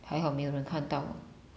还好没有人看到